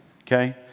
okay